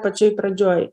pačioj pradžioj